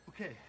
Okay